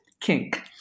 kink